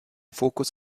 fokus